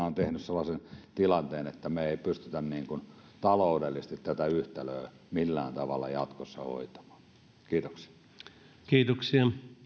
on tehnyt sellaisen tilanteen että me emme pysty taloudellisesti tätä yhtälöä millään tavalla jatkossa hoitamaan kiitoksia kiitoksia